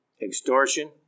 extortion